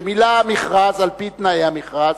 שמילא מכרז על-פי תנאי המכרז,